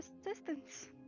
assistance